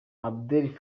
abdel